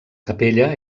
capella